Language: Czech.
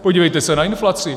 Podívejte se na inflaci!